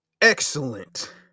Excellent